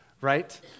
right